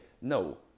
No